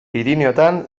pirinioetan